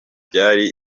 byari